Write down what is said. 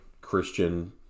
Christian